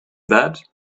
that